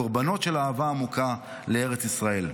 קורבנות של אהבה עמוקה לארץ ישראל.